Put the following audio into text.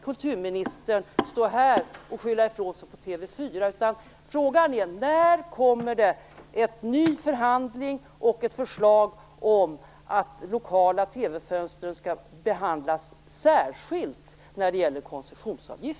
Kulturministern skall här inte skylla ifrån sig på TV 4. Frågan är: När kommer det en ny förhandling och ett förslag om att lokala TV-fönster skall behandlas särskilt när det gäller koncessionsavgifterna?